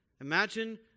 Imagine